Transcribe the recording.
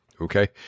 okay